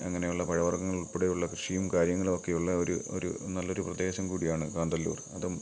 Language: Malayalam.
അങ്ങനെയുള്ള പഴവർഗ്ഗങ്ങൾ ഉൾപ്പെടെയുള്ള കൃഷിയും കാര്യങ്ങളും ഒക്കെയുള്ള ഒരു ഒരു നല്ലൊരു പ്രദേശം കൂടിയാണ് കാന്തല്ലൂർ അതും